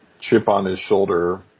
chip-on-his-shoulder